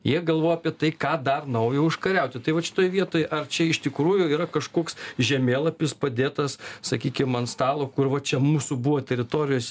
jie galvoja apie tai ką dar naujo užkariauti tai vat šitoj vietoj ar čia iš tikrųjų yra kažkoks žemėlapis padėtas sakykim ant stalo kur va čia mūsų buvo teritorijos